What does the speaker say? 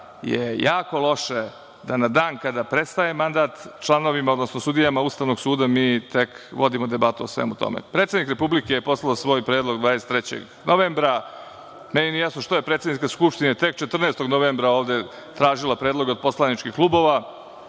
je jako loše da na dan kada prestaje mandat članovima, odnosno sudijama Ustavnog suda mi tek vodimo debatu o svemu tome. Predsednik Republike je poslao svoj predlog 23. novembra, meni nije jasno zašto je predsednica Skupštine tek 14. novembra ovde tražila predloge od poslaničkih klubova,